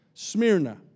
Smyrna